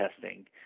testing